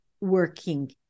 working